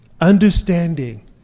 understanding